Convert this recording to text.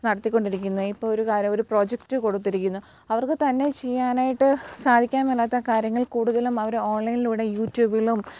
നടത്തിക്കൊണ്ടിരിക്കുന്നത് ഇപ്പം ഒരു കാര്യം ഒരു പ്രോജക്റ്റ് കൊടുത്തിരിക്കുന്നു അവർക്ക് തന്നെ ചെയ്യാനായിട്ട് സാധിക്കാൻ മേലാത്ത കാര്യങ്ങൾ കൂടുതലും അവർ ഓൺലൈനിലൂടെ യൂറ്റൂബിലും